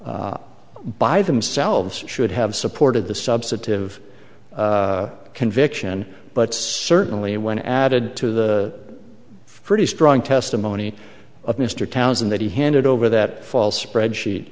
by themselves should have supported the substantive conviction but certainly when added to the pretty strong testimony of mr townsend that he handed over that false spreadsheet